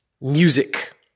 music